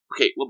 okay